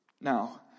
Now